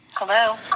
hello